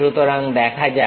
সুতরাং দেখা যাক